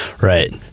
Right